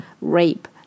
rape